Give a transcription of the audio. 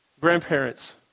grandparents